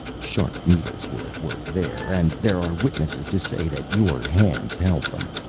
sharp needles were at work there, and there are witnesses to say that your hands held them.